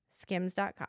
skims.com